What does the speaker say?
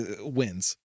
wins